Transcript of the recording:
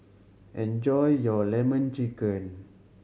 enjoy your Lemon Chicken